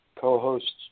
co-hosts